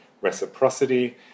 reciprocity